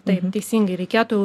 taip teisingai reikėtų